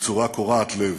בצורה קורעת לב.